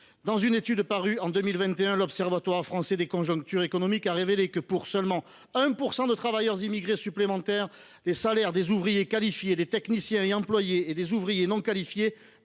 Dans une étude parue en 2021, l’Observatoire français des conjonctures économiques a révélé que, avec seulement 1 % de travailleurs immigrés supplémentaires, les salaires des ouvriers qualifiés, des techniciens et employés et des ouvriers non qualifiés